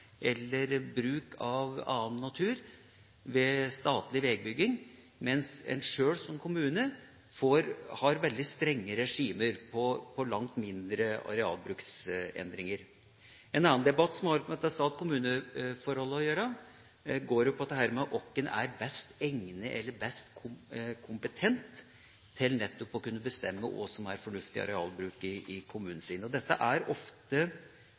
eller bruk av annen natur ved statlig vegbygging, mens en sjøl som kommune har veldig strenge regimer for langt mindre arealbruksendringer. En annen debatt, som også har med stat/kommune-forholdet å gjøre, går på hvem som er best egnet eller mest kompetent til nettopp å kunne bestemme hva som er fornuftig arealbruk i kommunen sin. Jeg ser at det er vanskelige debatter, men det blir ofte